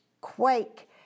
quake